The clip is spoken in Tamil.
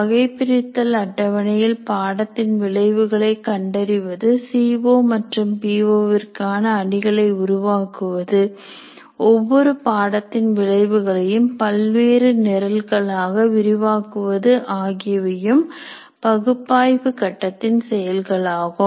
வகைபிரித்தல் அட்டவணையில் பாடத்தின் விளைவுகளை கண்டறிவது சிஓ மற்றும் பி ஓ விற்கான அணிகளை உருவாக்குவது ஒவ்வொரு பாடத்தின் விளைவுகளையும் பல்வேறு நிரல்களாக விரிவாக்குவது ஆகியவையும் பகுப்பாய்வு கட்டத்தில் செயல்களாகும்